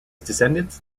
descendants